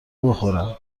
بخورم